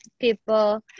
people